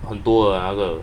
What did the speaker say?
很多啊那个